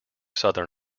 southern